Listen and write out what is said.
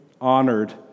honored